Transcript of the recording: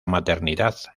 maternidad